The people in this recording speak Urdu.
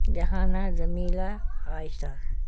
رہانہ جمیلہ عائشہ